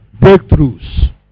Breakthroughs